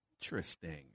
Interesting